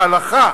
ההלכה